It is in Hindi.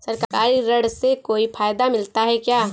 सरकारी ऋण से कोई फायदा मिलता है क्या?